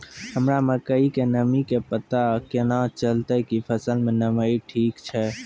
हमरा मकई के नमी के पता केना चलतै कि फसल मे नमी ठीक छै?